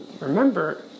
remember